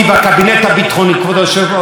גם הביטחונית וגם המדינית,